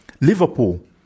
Liverpool